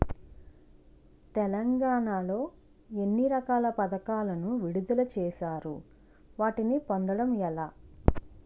తెలంగాణ లో ఎన్ని రకాల పథకాలను విడుదల చేశారు? వాటిని పొందడం ఎలా?